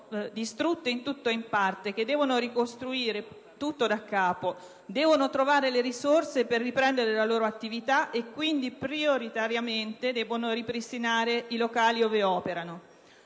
distrutte, in tutto o in parte, che devono ricostruire tutto daccapo, che devono trovare le risorse per riprendere la loro attività e quindi, prioritariamente, devono ripristinare i locali ove operano.